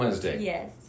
yes